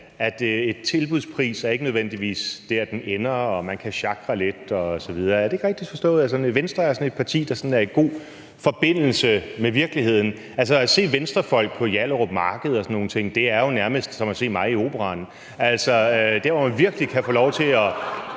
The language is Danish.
er det, prisen ender på, og at man kan sjakre lidt osv., er vigtigt. Er det ikke rigtigt forstået, at Venstre er et parti, der sådan er i god forbindelse med virkeligheden? At se Venstrefolk på Hjallerup Marked og sådan nogle ting er nærmest som at se mig i operaen, altså der, hvor man virkelig kan få lov til at